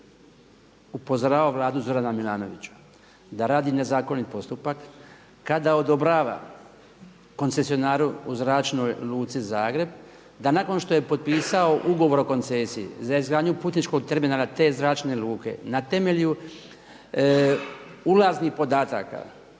upozoravao vladu Zorana Milanovića da radi nezakonit postupak kada odobrava koncesionaru u Zračnoj luci Zagreb, da nakon što je potpisao ugovor o koncesiji za izgradnju Putničkog terminala te zračne luke, na temelju ulaznih podataka,